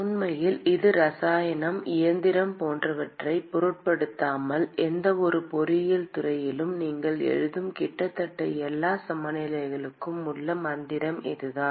உண்மையில் இது இரசாயனம் இயந்திரம் போன்றவற்றைப் பொருட்படுத்தாமல் எந்தவொரு பொறியியல் துறையிலும் நீங்கள் எழுதும் கிட்டத்தட்ட எல்லா சமநிலைகளிலும் உள்ள மந்திரம் இதுதான்